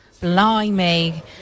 Blimey